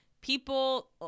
people